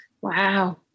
Wow